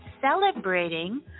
celebrating